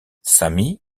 sammy